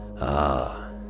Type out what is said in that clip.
Ah